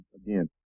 again